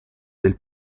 del